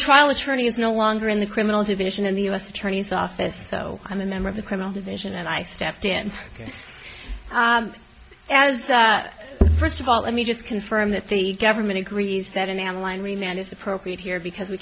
trial attorney is no longer in the criminal division of the u s attorney's office so i'm a member of the criminal division and i stepped in as first of all let me just confirm that the government agrees that in an line really that is appropriate here because we